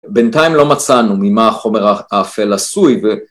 בינתיים לא מצאנו ממה החומר האפל עשוי ו...